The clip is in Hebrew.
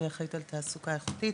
אני האחראית על תעסוקה איכותית,